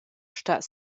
stat